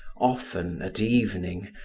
often at evening,